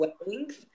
weddings